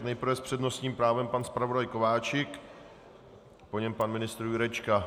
Nejprve s přednostním právem pan zpravodaj Kováčik, po něm pan ministr Jurečka.